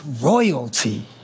royalty